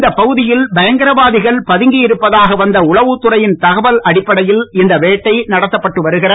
இந்த பகுதியில் பயங்கரவாதிகள் பதுங்கி இருப்பதாக வந்த உளவுத் துறையின் தகவல் அடிப்படையில் இந்த வேட்டை நடத்தப்பட்டு வருகிறது